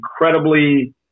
incredibly